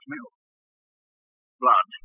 Blood